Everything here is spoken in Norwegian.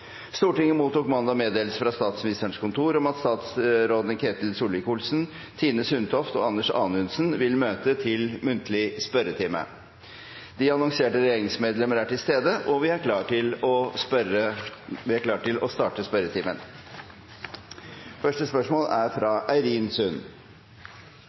Stortinget mottok mandag meddelelse fra Statsministerens kontor om at statsrådene Ketil Solvik-Olsen, Tine Sundtoft og Anders Anundsen vil møte til muntlig spørretime. De annonserte regjeringsmedlemmer er til stede, og vi er klare til å starte den muntlige spørretimen. Vi starter med første hovedspørsmål, som er fra representanten Eirin Sund.